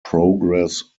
progress